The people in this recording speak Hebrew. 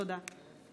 תודה.